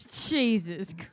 Jesus